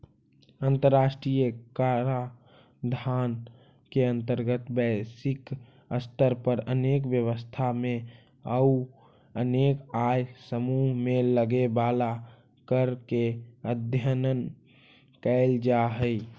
अंतर्राष्ट्रीय कराधान के अंतर्गत वैश्विक स्तर पर अनेक व्यवस्था में अउ अनेक आय समूह में लगे वाला कर के अध्ययन कैल जा हई